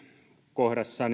kohdassa